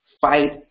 fight